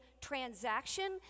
transaction